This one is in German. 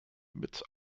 mit